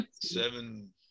seven